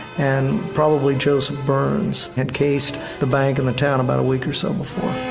and probably joseph burns had cased the bank in the town about a week or so before.